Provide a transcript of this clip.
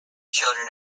children